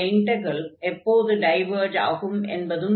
இந்த இன்டக்ரல் எப்போது டைவர்ஜ் ஆகும் என்பதும் தெரியும்